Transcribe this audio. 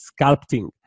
sculpting